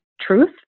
truth